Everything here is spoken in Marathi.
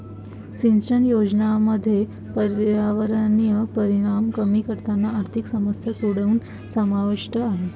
सिंचन योजनांमध्ये पर्यावरणीय परिणाम कमी करताना आर्थिक समस्या सोडवणे समाविष्ट आहे